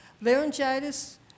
laryngitis